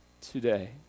today